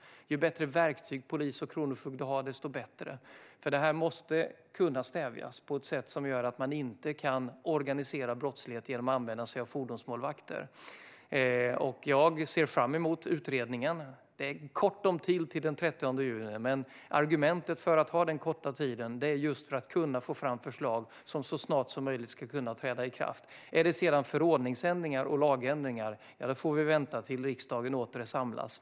Ju bättre verktyg polis och kronofogde har, desto bättre. Det här måste kunna stävjas på ett sätt som gör att man inte kan organisera brottslighet genom att använda sig av fordonsmålvakter. Jag ser fram emot utredningen. Det är kort om tid till den 30 juni, men argumentet för att ha den korta tiden är just att kunna få fram förslag som ska kunna träda i kraft så snart som möjligt. Är det sedan förordningsändringar och lagändringar får vi vänta tills riksdagen återsamlas.